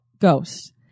ghosts